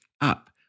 up